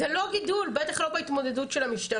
זה לא גידול, בטח לא בהתמודדות של המשטרה.